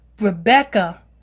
Rebecca